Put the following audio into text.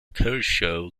kershaw